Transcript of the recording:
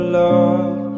love